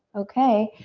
okay.